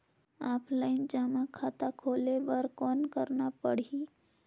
Offline जमा खाता खोले बर कौन करना पड़ही?